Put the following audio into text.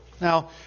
Now